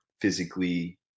physically